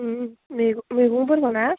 ओम मैगंफोरखो ना